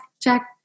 check